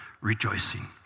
rejoicing